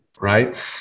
right